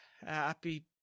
Happy